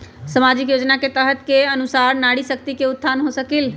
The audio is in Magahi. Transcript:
सामाजिक योजना के तहत के अनुशार नारी शकति का उत्थान हो सकील?